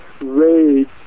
rage